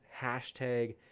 hashtag